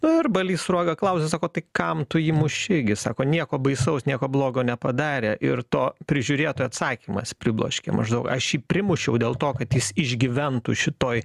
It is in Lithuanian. nu ir balys sruoga klausia sako tai kam tu jį muši gi sako nieko baisaus nieko blogo nepadarė ir to prižiūrėtojo atsakymas pribloškė maždaug aš jį primušiau dėl to kad jis išgyventų šitoj